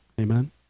amen